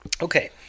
Okay